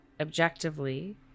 objectively